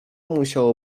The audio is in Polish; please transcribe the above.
musiało